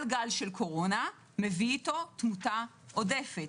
כל גל של קורונה מביא איתו תמותה עודפת.